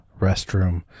restroom